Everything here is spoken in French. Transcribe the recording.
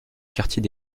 quartier